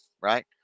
Right